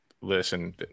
Listen